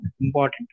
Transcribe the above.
important